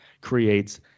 creates